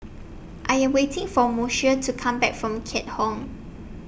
I Am waiting For Moshe to Come Back from Keat Hong